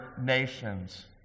nations